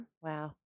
Wow